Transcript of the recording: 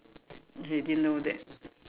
they didn't know that